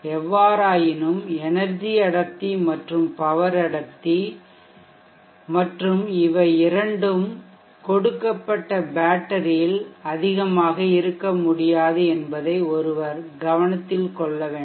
எவ்வாறாயினும் எனெர்ஜி அடர்த்தி மற்றும் பவர் அடர்த்தி மற்றும் இவை இரண்டும் கொடுக்கப்பட்ட பேட்டரியில் அதிகமாக இருக்க முடியாது என்பதை ஒருவர் கவனத்தில் கொள்ள வேண்டும்